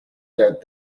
don’t